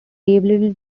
gabriel